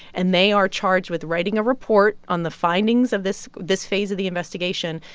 and they are charged with writing a report on the findings of this this phase of the investigation.